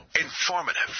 informative